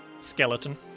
Skeleton